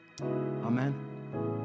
Amen